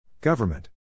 Government